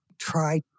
try